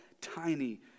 tiny